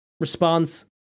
response